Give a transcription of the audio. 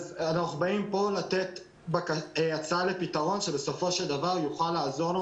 אנחנו פה לתת הצעה לפתרון שבסופו של דבר יוכל לעזור לנו